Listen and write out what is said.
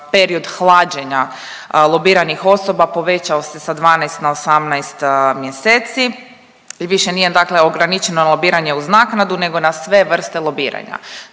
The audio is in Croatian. period hlađenja lobiranih osoba povećao se sa 12 na 18 mjeseci i više nije dakle ograničeno lobiranje uz naknadu nego na sve vrste lobiranja.